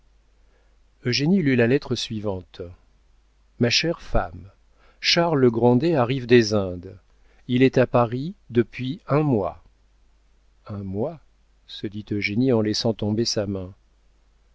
lisez eugénie lut la lettre suivante ma chère femme charles grandet arrive des indes il est à paris depuis un mois un mois se dit eugénie en laissant tomber sa main